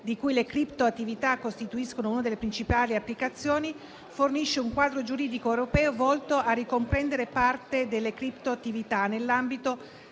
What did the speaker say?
di cui le criptoattività costituiscono una delle principali applicazioni, fornisce un quadro giuridico europeo volto a ricomprendere parte delle criptoattività nell'ambito